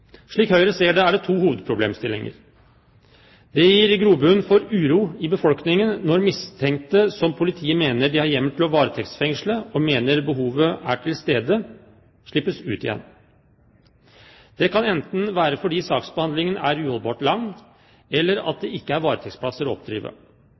Slik Høyre ser det, er det to hovedproblemstillinger: For det første gir det grobunn for uro i befolkningen når mistenkte som politiet mener de har hjemmel til å varetektsfengsle, når de mener behovet er til stede, slippes ut igjen. Dette kan enten være fordi saksbehandlingen er uholdbart lang, eller at